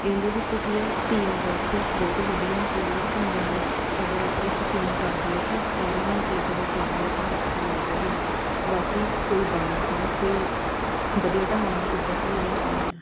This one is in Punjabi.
ਇਹਦੇ ਵਿੱਚੋਂ ਕੀ ਹੈ ਟੀਮ ਵਰਕ ਬਹੁਤ ਵਧੀਆ ਮਤਲਬ ਢੰਗ ਨਾਲ ਅਗਰ ਆਪਾਂ ਇੱਕ ਟੀਮ ਕਰਦੀ ਆ ਤਾਂ ਸਾਰਿਆਂ ਦਾ ਮਤਲਬ ਜਦੋਂ ਕਰਦੇ ਆ ਤਾਂ ਹਾਂ ਪਤਾ ਲੱਗਦਾ ਵੀ ਬਾਕਾਈ ਕੋਈ ਡਾਂਸ ਹੈ ਅਤੇ ਵਧੀਆ ਢੰਗ ਨਾਲ ਉੱਭਰ ਕੇ ਇਹ ਆਉਂਦਾ